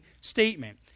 statement